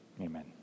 Amen